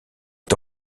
est